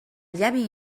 llavi